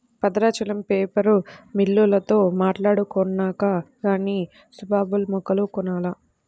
Bhadrachalam paper మిల్లోల్లతో మాట్టాడుకొన్నాక గానీ సుబాబుల్ మొక్కలు కొనాల